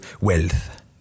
wealth